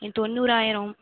தொண்ணூறாயிரம்